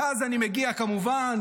ואז אני מגיע כמובן